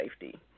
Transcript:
safety